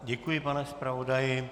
Děkuji, pane zpravodaji.